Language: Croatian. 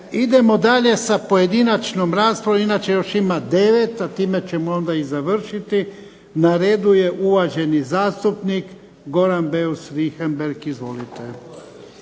Idemo dalje sa pojedinačnom raspravom. Inače još ima 9, a time ćemo onda i završiti. Na redu je uvaženi zastupnik Goran Beus Richembergh. Izvolite.